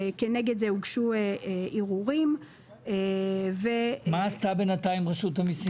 כנגד זה הוגשו ערעורים --- מה עשתה בינתיים רשות המסים?